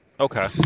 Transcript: Okay